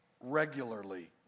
regularly